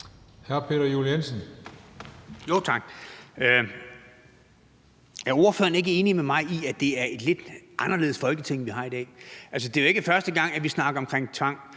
Peter Juel-Jensen (V): Tak. Er ordføreren ikke enig med mig i, at det er et lidt anderledes Folketing, vi har i dag? Altså, det er jo ikke første gang, vi snakker om tvang.